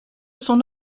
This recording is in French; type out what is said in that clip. son